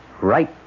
Right